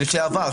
לשעבר.